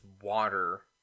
water